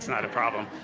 not a problem.